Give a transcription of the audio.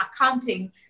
accounting